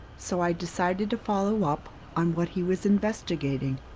so i decided to follow up on what he was investigating.